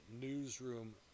newsroom